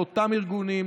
לאותם ארגונים,